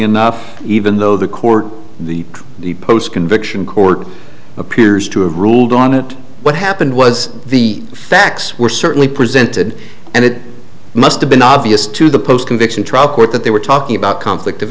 enough even though the court the the post conviction court appears to have ruled on it what happened was the facts were certainly presented and it must have been obvious to the post conviction trial court that they were talking about conflict of